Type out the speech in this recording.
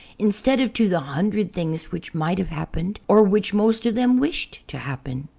instead of to the hundred things which might have happened, or which most of them wished to happen.